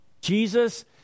Jesus